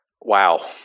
Wow